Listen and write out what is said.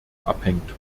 abhängt